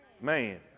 man